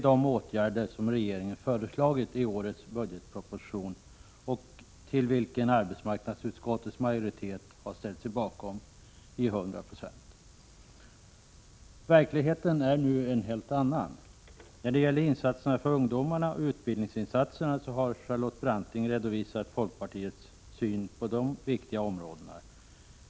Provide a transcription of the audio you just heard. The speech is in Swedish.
De åtgärder som regeringen föreslagit i årets budgetproposition har också arbetsmarknadsutskottets majoritet ställt sig bakom till 100 96. Men verkligheten är en helt annan. Charlotte Branting har redovisat folkpartiets syn på de insatser som görs för ungdomar och utbildningsinsatser.